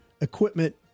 equipment